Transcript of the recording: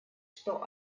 что